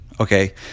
okay